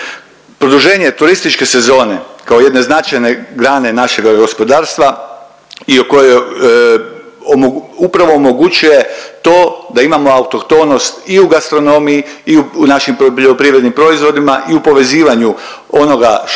Produženje turističke sezone kao jedne značajne grane našega gospodarstva i o kojoj upravo omogućuje to da imamo autohtonost i u gastronomiji i u našim poljoprivrednim proizvodima i u povezivanju onoga što je